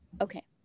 Okay